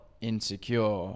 insecure